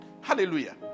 Hallelujah